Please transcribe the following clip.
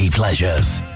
Pleasures